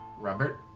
Robert